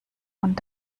und